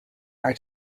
are